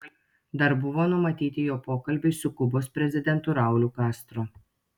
dar buvo numatyti jo pokalbiai su kubos prezidentu rauliu castro